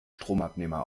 stromabnehmer